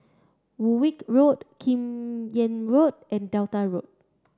Woolwich Road Kim Yam Road and Delta Road